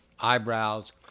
eyebrows